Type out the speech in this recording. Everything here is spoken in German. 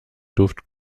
duft